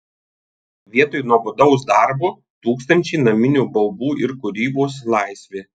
vietoj nuobodaus darbo tūkstančiai naminių baubų ir kūrybos laisvė